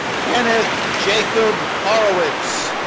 kenneth jacob horowitz.